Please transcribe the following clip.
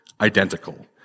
identical